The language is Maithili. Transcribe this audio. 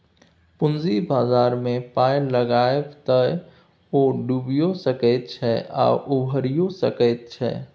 पूंजी बाजारमे पाय लगायब तए ओ डुबियो सकैत छै आ उबारियौ सकैत छै